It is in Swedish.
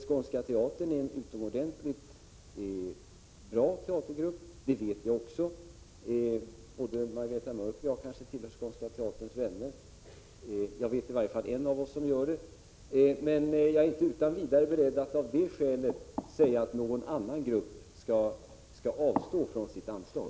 Skånska teatern är en utomordentligt bra teatergrupp — det vet jag också. Kanske både Margareta Mörck och jag tillhör Skånska teaterns vänner? Jag vet i alla fall att en av oss gör det. Men jag är inte utan vidare beredd att av det skälet säga att någon annan teatergrupp skall avstå från sitt anslag.